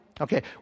Okay